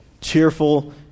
Cheerful